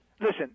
Listen